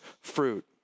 fruit